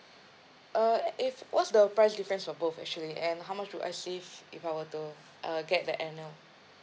uh if what's the price difference for both actually and how much do I save if I were to uh get the annual